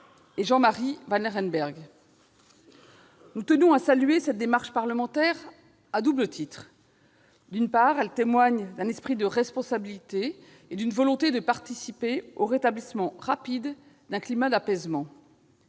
et Jean-Marie Vanlerenberghe. Nous tenons à saluer cette démarche parlementaire à double titre. D'une part, elle témoigne d'un esprit de responsabilité et d'une volonté de participer au rétablissement rapide d'un climat d'apaisement.